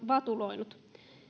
vatuloinut